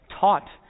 taught